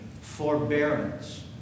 Forbearance